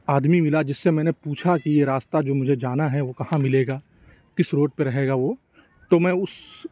آدمی ملا جس سے میں نے پوچھا کہ یہ راستہ جو مجھے جانا ہے وہ کہاں ملے گا کس روڈ پہ رہے گا وہ تو میں اُس